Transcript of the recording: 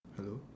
hello